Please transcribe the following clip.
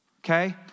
okay